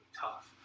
tough